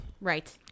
Right